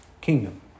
kingdom